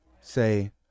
say